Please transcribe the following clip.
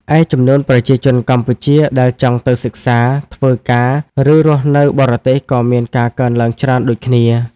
ឯ ចំនួនប្រជាជនកម្ពុជាដែលចង់ទៅសិក្សា ធ្វើការ ឬរស់នៅបរទេសក៏មានការកើនឡើងច្រើនដូចគ្នា។